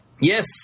Yes